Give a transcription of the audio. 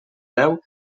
deu